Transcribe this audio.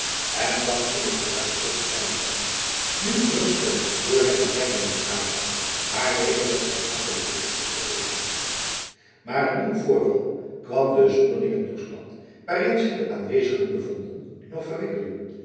en zag in t vooruitzicht reinout nu gerugsteund door zijn betrekking met aylva haar weder met zijn hatelijke liefde vervolgen maar een nieuw voorval kwam den zonderlingen toestand waarin zich de aanwezigen bevonden nog